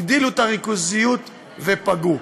הגדילו את הריכוזיות ופגעו.